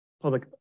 public